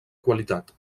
qualitat